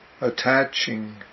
attaching